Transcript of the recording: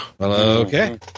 Okay